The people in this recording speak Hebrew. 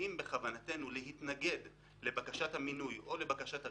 אם בכוונתנו להתנגד לבקשת המינוי או לבקשת הרישיון,